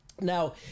Now